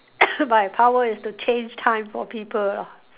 my power is to change time for people lah